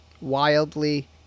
Wildly